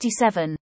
1967